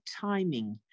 timing